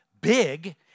big